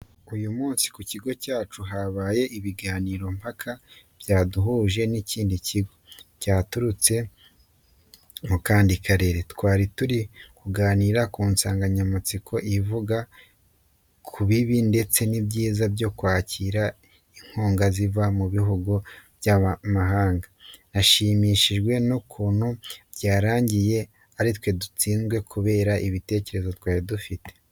Uyu munsi ku kigo cyacu habaye ibiganiro mpaka byaduhuje n'ikindi kigo cyaturutse mu kandi karere. Twari turi kuganira ku nsanganyamatsiko ivuga ku bibi ndetse n'ibyiza byo kwakira inkunga ziva mu bihugu by'amahanga. Nashimishijwe n'ukuntu byarangiye ari twe dutsinze kubera ibitekerezo twari dufite.